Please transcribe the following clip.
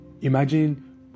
Imagine